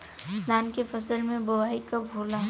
धान के फ़सल के बोआई कब होला?